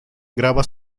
graba